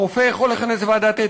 הרופא יכול לכנס ועדת אתיקה.